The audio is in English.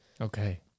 Okay